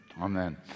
Amen